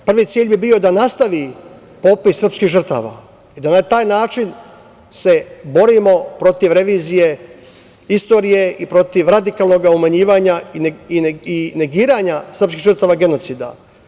Prvi cilj bi bio da nastavi popis srpskih žrtava i da na taj način se borimo protiv revizije istorije i protiv radikalnog umanjivanja i negiranja srpskih žrtava genocida.